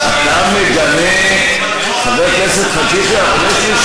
אתה יודע מה, חבר הכנסת חאג' יחיא?